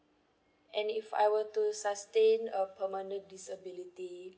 and if I were to sustain a permanent disability